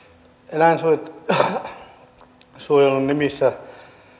eläinsuojelun nimissä